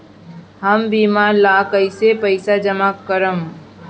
हम बीमा ला कईसे पईसा जमा करम?